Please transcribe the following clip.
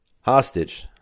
hostage